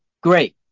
great